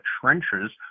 trenches